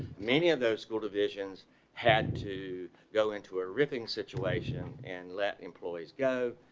many of those school divisions had to go into a riffing situation and let employees go.